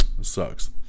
Sucks